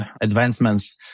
advancements